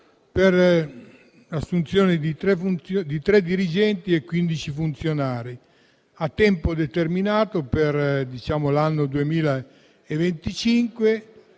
l'assunzione di 3 dirigenti e 15 funzionari a tempo determinato, per l'anno 2025,